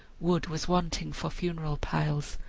wood was wanting for funeral piles,